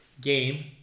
game